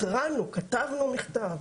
התרענו, כתבנו מכתב,